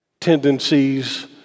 tendencies